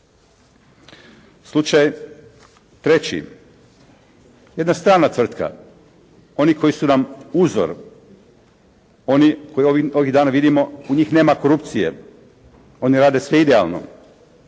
Slučaj 3. Jedna strana tvrtka. Oni koji su nam uzor. Oni kojih ovih dana vidimo u njih nema korupcije. Oni rade sve idealno.